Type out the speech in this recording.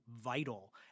vital